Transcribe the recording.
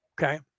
Okay